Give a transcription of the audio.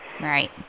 Right